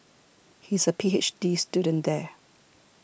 he is a P H D student there